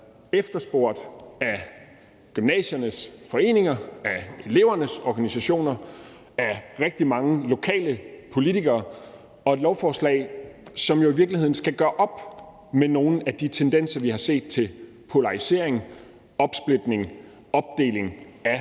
efterspurgt af gymnasiernes foreninger, af elevernes organisationer, af rigtig mange lokale politikere, og det er et lovforslag, som jo i virkeligheden skal gøre op med nogle af de tendenser, vi har set, til polarisering, opsplitning, opdeling af